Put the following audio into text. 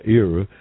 era